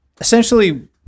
essentially